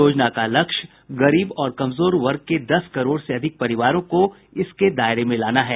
योजना का लक्ष्य गरीब और कमजोर वर्ग के दस करोड़ से अधिक परिवारों को इसके दायरे में लाना है